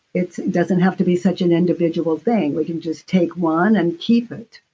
it's doesn't have to be such an individual thing, we can just take one and keep it.